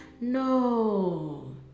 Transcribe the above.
No